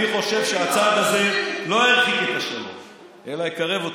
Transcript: אני חושב שהצעד הזה לא ירחיק את השלום אלא יקרב אותו.